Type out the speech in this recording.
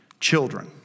children